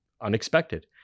unexpected